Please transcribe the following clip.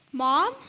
Mom